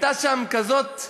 הייתה שם כזאת אחווה,